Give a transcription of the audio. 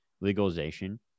legalization